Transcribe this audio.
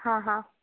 हाँ हाँ